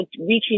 reaching